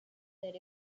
that